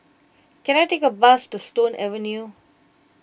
can I take a bus to Stone Avenue